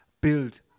build